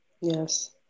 Yes